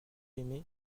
aimé